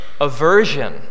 aversion